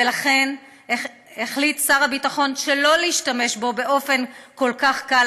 ולכן החליט שר הביטחון שלא להשתמש בו באופן כל כך קל,